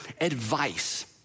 advice